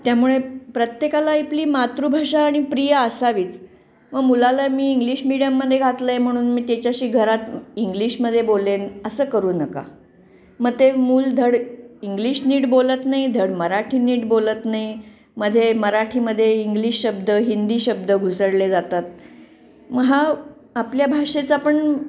त्यामुळे प्रत्येकाला आपली मातृभाषा आणि प्रिय असावीच व मुलाला मी इंग्लिश मिडीयममध्ये घातलं आहे म्हणून मी त्याच्याशी घरात इंग्लिशमध्ये बोलेन असं करू नका मग ते मूल धड इंग्लिश नीट बोलत नाही धड मराठी नीट बोलत नाही मध्ये मराठीमध्ये इंग्लिश शब्द हिंदी शब्द घुसडले जातात मग हा आपल्या भाषेचा पण